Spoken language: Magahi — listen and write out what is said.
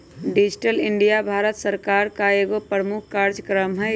डिजिटल इंडिया भारत सरकार का एगो प्रमुख काजक्रम हइ